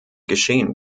geschehen